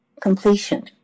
completion